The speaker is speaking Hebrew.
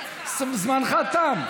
זמנך תם.